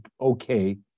okay